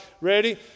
Ready